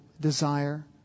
desire